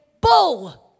bull